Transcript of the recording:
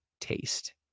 taste